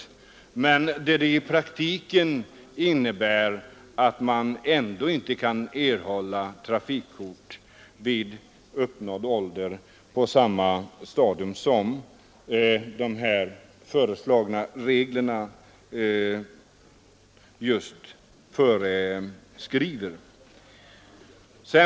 Våra regler innebär emellertid i praktiken att en förare inte kan erhålla trafikkort tidigare än de föreslagna reglerna föreskriver.